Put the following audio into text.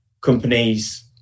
companies